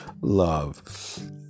love